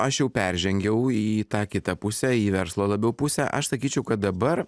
aš jau peržengiau į tą kitą pusę į verslo labiau pusę aš sakyčiau kad dabar